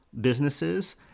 businesses